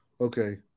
okay